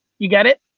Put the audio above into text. you get it?